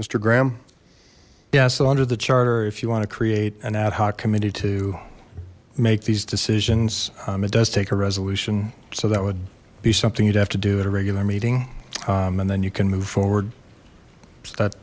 graham yeah so under the charter if you want to create an ad hoc committee to make these decisions it does take a resolution so that would be something you'd have to do at a regular meeting and then you can move forward